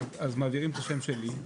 אז מעבירים את השם שלי,